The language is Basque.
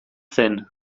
zen